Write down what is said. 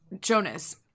Jonas